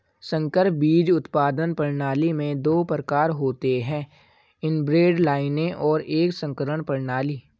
संकर बीज उत्पादन प्रणाली में दो प्रकार होते है इनब्रेड लाइनें और एक संकरण प्रणाली